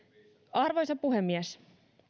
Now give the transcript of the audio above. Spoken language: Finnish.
arvoisa puhemies